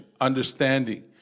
understanding